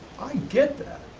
i get that.